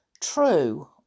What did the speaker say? true